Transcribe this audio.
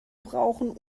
brauchen